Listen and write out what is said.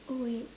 oh wait